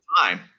time